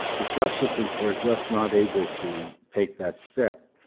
the justices were just not able to take that step.